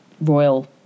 royal